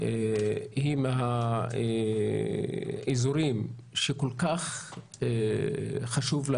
היא חברה שהחוק חשוב לה